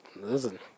listen